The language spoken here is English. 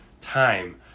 time